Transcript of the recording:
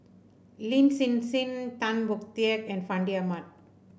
Lin Hsin Hsin Tan Boon Teik and Fandi Ahmad